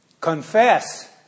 confess